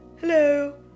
Hello